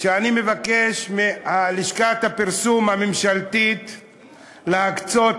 שאני מבקש מלשכת הפרסום הממשלתית להקצות,